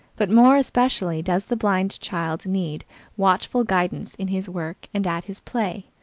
but more especially does the blind child need watchful guidance in his work and at his play.